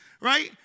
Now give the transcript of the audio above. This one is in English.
right